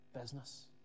business